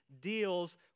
deals